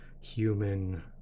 human